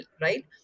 right